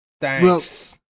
Thanks